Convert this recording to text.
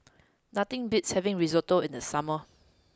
nothing beats having Risotto in the summer